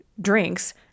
drinks